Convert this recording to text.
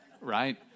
right